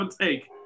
take